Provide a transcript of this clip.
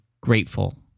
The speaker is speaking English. grateful